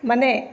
ಮನೆ